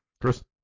Chris